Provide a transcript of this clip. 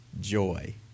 joy